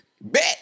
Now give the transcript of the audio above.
Bet